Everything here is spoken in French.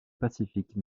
pacifique